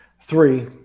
Three